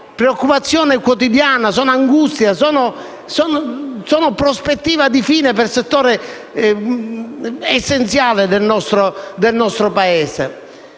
preoccupazione quotidiana, sono angustia, sono prospettiva di chiusura per un settore essenziale del nostro Paese?